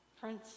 prince